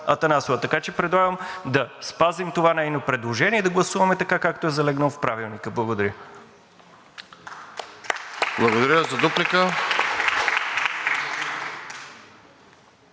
Атанасова. Така че предлагам да спазим това нейно предложение и да гласуваме така, както е залегнало в Правилника. Благодаря. (Ръкопляскания